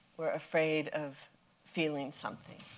we're afraid of feeling something.